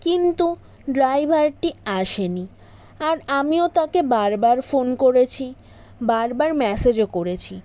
কিন্তু ড্রাইভারটি আসেনি আর আমিও তাকে বারবার ফোন করেছি বারবার মেসেজও করেছি